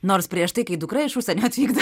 nors prieš tai kai dukra iš užsienio atvykda